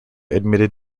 admitted